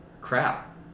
crap